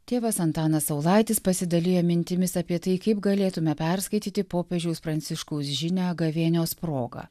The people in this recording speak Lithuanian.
tėvas antanas saulaitis pasidalijo mintimis apie tai kaip galėtume perskaityti popiežiaus pranciškaus žinia gavėnios proga